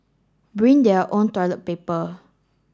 bring their own toilet paper